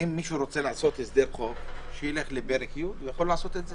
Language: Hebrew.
אם מישהו רוצה לעשות הסדר חוב שילך לפרק י' והוא יכול לעשות את זה,